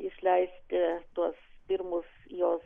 išleisti tuos pirmus jos